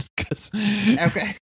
Okay